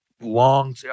long